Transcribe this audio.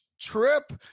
trip